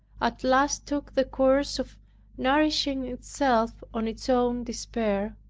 at last took the course of nourishing itself on its own despair,